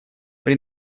при